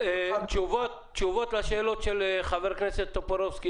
יש לכם תשובות לשאלות של חבר הכנסת טופורובסקי?